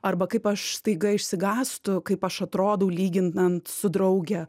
arba kaip aš staiga išsigąstu kaip aš atrodau lyginant su drauge